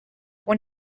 when